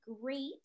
great